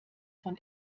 von